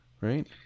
right